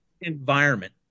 environment